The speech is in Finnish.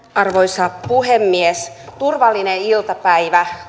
arvoisa puhemies turvallinen iltapäivä